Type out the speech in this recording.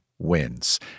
wins